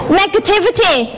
negativity